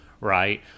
right